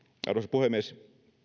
puhemies